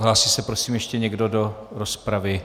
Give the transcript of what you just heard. Hlásí se prosím ještě někdo do rozpravy?